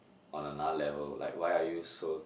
on another level like why are you so